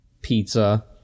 pizza